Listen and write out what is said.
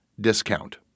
discount